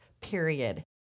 period